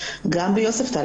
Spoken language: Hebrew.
גם ביוספטל,